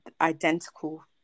identical